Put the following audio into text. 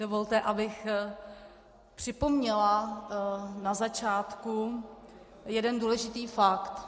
Dovolte, abych připomněla na začátku jeden důležitý fakt.